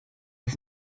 das